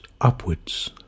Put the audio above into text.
upwards